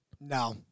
No